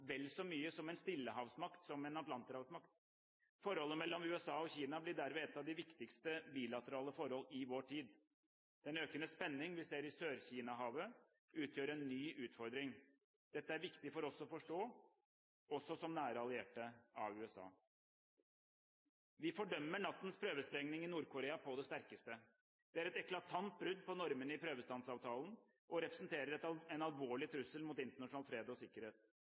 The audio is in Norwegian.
vel så mye en stillehavsmakt som en atlanterhavsmakt. Forholdet mellom USA og Kina blir dermed et av de viktigste bilaterale forhold i vår tid. Den økende spenning vi ser i Sør-Kinahavet, utgjør en ny utfordring. Dette er viktig for oss å forstå, også som nære allierte av USA. Vi fordømmer nattens prøvesprengning i Nord-Korea på det sterkeste. Det er et eklatant brudd på normene i Prøvestansavtalen og representerer en alvorlig trussel mot internasjonal fred og sikkerhet.